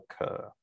occur